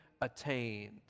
attained